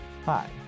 Hi